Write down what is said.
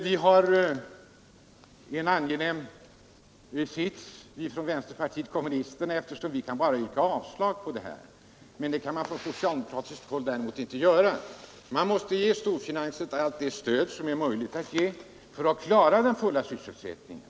Vi i vänsterpartiet kommunisterna, har en angenäm sits säger herr Brandt eftersom vi helt enkelt kan yrka avslag, men det kan man från socialdemokratiskt håll inte göra. Där måste man ge storfinansen allt det stöd som är möjligt att ge för att klara den fulla sysselsättningen.